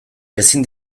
ezin